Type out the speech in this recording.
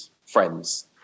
friends